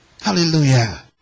Hallelujah